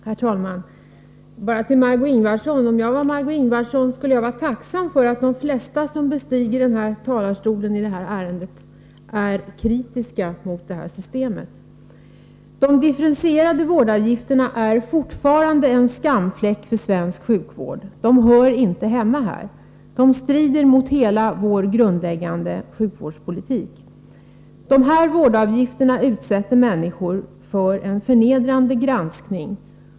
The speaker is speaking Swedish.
Herr talman! Först vill jag bara säga följande till Margé Ingvardsson. Om jag vore Marg6é Ingvardsson skulle jag vara tacksam för att de flesta som bestiger denna talarstol för att tala i detta ärende är kritiska mot systemet i fråga. De differentierade vårdavgifterna är fortfarande en skamfläck för svensk sjukvård. De hör inte hemma här. De strider mot hela vår grundläggande sjukvårdspolitik. På grund av vårdavgifterna utsätts människor för en förnedrande granskning.